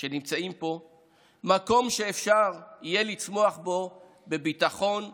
שנמצאים פה מקום שאפשר יהיה לצמוח בו בביטחון ובכבוד.